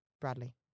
Bradley